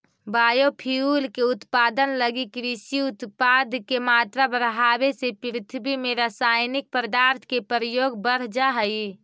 biofuel के उत्पादन लगी कृषि उत्पाद के मात्रा बढ़ावे से पृथ्वी में रसायनिक पदार्थ के प्रयोग बढ़ जा हई